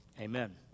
Amen